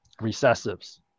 recessives